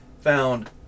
found